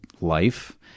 life